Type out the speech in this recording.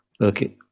Okay